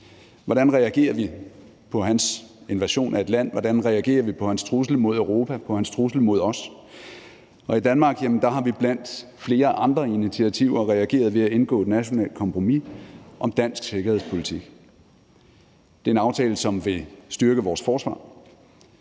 Hvordan reagerer vi på hans invasion af et land, hvordan reagerer vi på hans trussel mod Europa, på hans trussel mod os? I Danmark har vi blandt flere andre initiativer reageret ved at indgå et nationalt kompromis om dansk sikkerhedspolitik. Det er en aftale, som vil styrke vores forsvar,